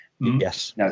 yes